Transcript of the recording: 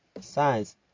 size